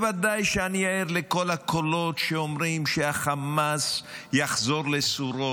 בוודאי שאני ער לכל הקולות שאומרים שחמאס יחזור לסורו